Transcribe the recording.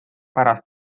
pärast